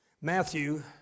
Matthew